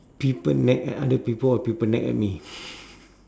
people nag at other people or people nag at me